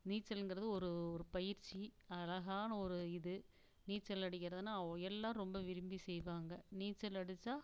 நீச்சல்ங்கிறது ஒரு ஒரு பயிற்சி அழகான ஒரு இது நீச்சல் அடிக்கிறதுன்னா எல்லோரும் ரொம்ப விரும்பி செய்வாங்க நீச்சல் அடித்தா